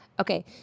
Okay